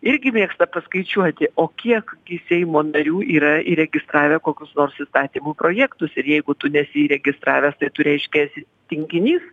irgi mėgsta paskaičiuoti o kiek gi seimo narių yra įregistravę kokius nors įstatymų projektus ir jeigu tu nesi įregistravęs tai tu reiškia esi tinginys